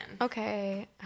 Okay